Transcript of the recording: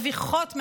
מביכות,